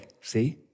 See